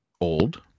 old